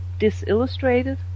Disillustrated